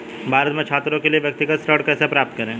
भारत में छात्रों के लिए व्यक्तिगत ऋण कैसे प्राप्त करें?